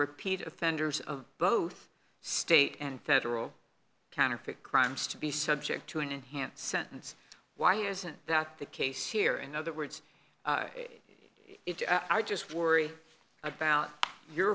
repeat offenders of both state and federal counterfeit crimes to be subject to an enhanced sentence why isn't that the case here in other words if you are just worried about your